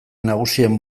nagusien